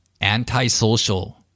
Antisocial